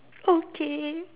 okay